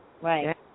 right